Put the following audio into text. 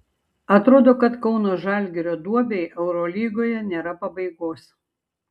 atrodo kad kauno žalgirio duobei eurolygoje nėra pabaigos